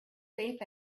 safe